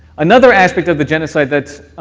another aspect of the genocide that